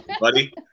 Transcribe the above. Buddy